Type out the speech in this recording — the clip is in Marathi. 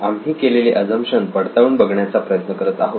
आम्ही केलेले अझम्पशन पडताळून बघण्याचा प्रयत्न करत आहोत